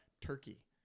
turkey